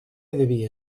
devia